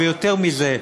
ויותר מזה,